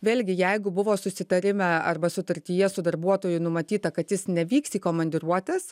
vėlgi jeigu buvo susitarime arba sutartyje su darbuotoju numatyta kad jis nevyks į komandiruotes